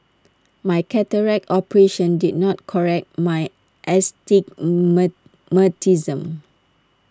my cataract operation did not correct my